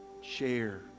share